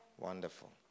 Wonderful